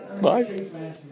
Bye